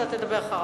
אתה תדבר אחריו.